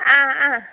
ആ ആ